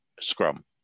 scrum